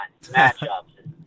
matchups